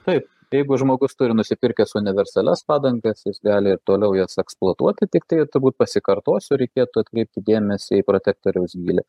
taip jeigu žmogus turi nusipirkęs universalias padangas gali ir toliau jas eksploatuoti tiktai turbūt pasikartosiu reikėtų atkreipti dėmesį į protektoriaus gylį